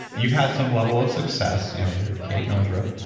you've had some level of success, you know you're kate northrup,